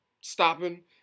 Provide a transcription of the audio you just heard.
stopping